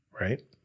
right